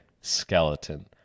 skeleton